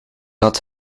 dat